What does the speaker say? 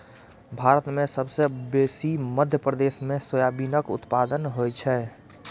भारत मे सबसँ बेसी मध्य प्रदेश मे सोयाबीनक उत्पादन होइ छै